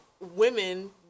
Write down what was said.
women